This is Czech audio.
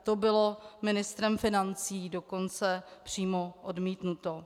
To bylo ministrem financí dokonce přímo odmítnuto.